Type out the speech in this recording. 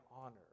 honor